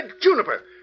juniper